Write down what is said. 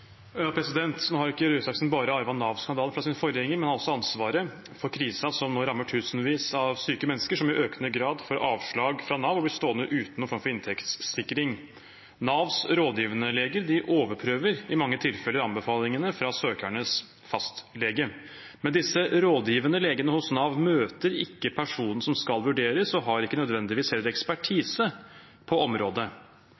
Nå har ikke Røe Isaksen bare arvet Nav-skandalen fra sin forgjenger, men han har også ansvaret for krisen som nå rammer tusenvis av syke mennesker som i økende grad får avslag fra Nav og blir stående uten noen form for inntektssikring. Navs rådgivende leger overprøver i mange tilfeller anbefalingene fra søkernes fastlege, men disse rådgivende legene hos Nav møter ikke personen som skal vurderes, og har heller ikke nødvendigvis